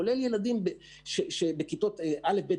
כולל ילדים בכיתות א',ב,